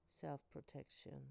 self-protection